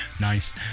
Nice